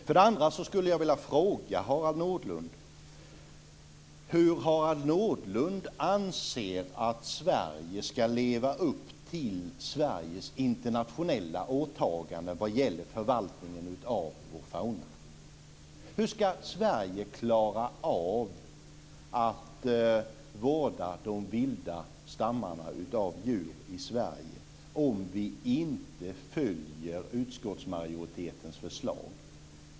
Vidare skulle jag vilja fråga hur Harald Nordlund anser att Sverige ska kunna leva upp till Sveriges internationella åtagande vad gäller förvaltningen av vår fauna. Hur ska Sverige klara av att vårda de vilda djurstammarna i Sverige, om vi inte följer utskottsmajoritetens förslag?